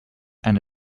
and